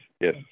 yes